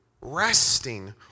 resting